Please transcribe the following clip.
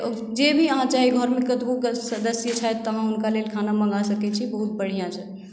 जे भी अहाँ चाही घरमे कतबौ सदस्य छथि तऽ अहाँ हुनका लेल खाना मङ्गा सकै छी बहुत बढ़िऑं छै